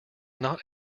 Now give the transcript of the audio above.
not